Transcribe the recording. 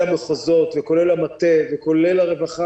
כולל המחוזות וכולל המטה וכולל הרווחה